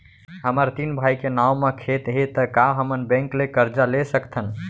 हमर तीन भाई के नाव म खेत हे त का हमन बैंक ले करजा ले सकथन?